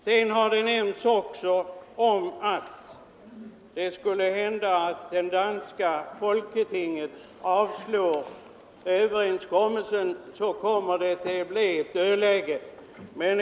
Det har även nämnts att ett dödläge skulle komma att uppstå, om det danska folketinget avslår överenskommelsen.